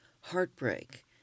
heartbreak